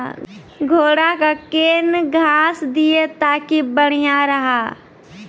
घोड़ा का केन घास दिए ताकि बढ़िया रहा?